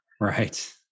Right